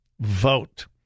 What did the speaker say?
vote